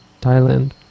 Thailand